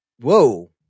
Whoa